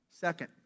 Second